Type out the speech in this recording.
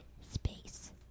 space